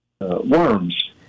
worms